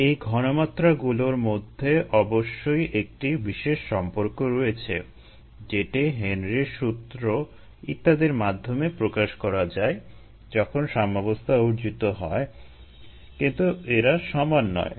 এই ঘনমাত্রাগুলোর মধ্যে অবশ্যই একটি বিশেষ সম্পর্ক রয়েছে যেটি হেনরির সূত্র ইত্যাদির মাধ্যমে প্রকাশ করা যায় যখন সাম্যাবস্থা অর্জিত হয় কিন্তু এরা সমান নয়